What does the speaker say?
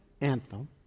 anthem